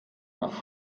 nach